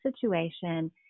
situation